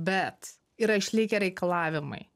bet yra išlikę reikalavimai